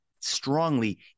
strongly